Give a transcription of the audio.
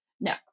No